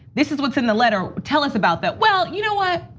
this this what's in the letter, tell us about that. well, you know what?